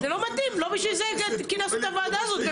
זה לא מתאים, לא בשביל זה כינסתי את הוועדה הזאת.